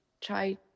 try